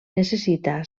necessita